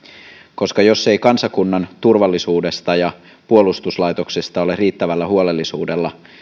koska jos ei kansakunnan turvallisuudesta ja puolustuslaitoksesta ole riittävällä huolellisuudella